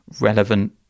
relevant